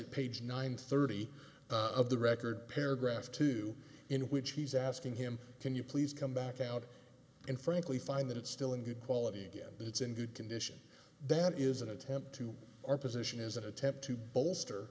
at page nine thirty of the record paragraph two in which he's asking him can you please come back out and frankly find that it's still in good quality again it's in good condition that is an attempt to our position is an attempt to bolster